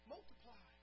Multiply